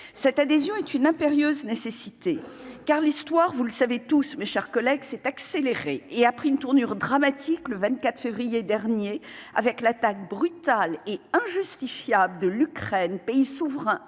cette adhésion est une impérieuse nécessité car l'histoire, vous le savez tous mes chers collègues, s'est accélérée et a pris une tournure dramatique le 24 février dernier avec l'attaque brutale et injustifiable de l'Ukraine, pays souverain,